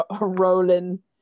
rolling